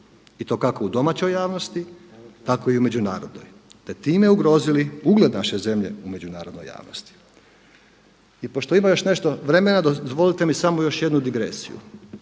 i to kako u domaćoj javnosti, tako i u međunarodnoj, te time ugrozili ugled naše zemlje u međunarodnoj javnosti. I pošto ima još nešto vremena dozvolite mi samo jednu digresiju.